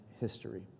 history